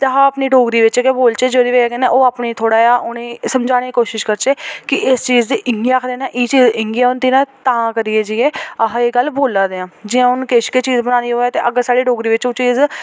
ते अस अपनी डोगरी बिच गै बोलचै जेह्दी बजह् कन्नै ओह् अपनी थोह्ड़ा जेहा उ'नें ई समझाने दी कोशश करचै कि इस चीज़ गी इसी इ'यां आखदे न ते एह् चीज़ इ'यां होंदे न तां करियै जेइयै अस एह् गल्ल बोला दे आं जि'यां हून किश गै चीज़ बनानी होऐ ते अग्गें साढ़े डोगरी बिच ओह् चीज़